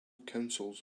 councils